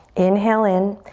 inhale in.